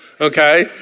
Okay